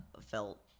felt